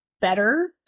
better